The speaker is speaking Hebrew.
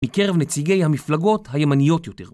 מקרב נציגי המפלגות הימניות יותר